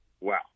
Wow